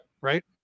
right